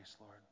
Lord